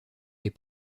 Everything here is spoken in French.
les